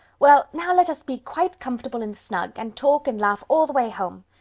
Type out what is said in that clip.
well, now let us be quite comfortable and snug, and talk and laugh all the way home.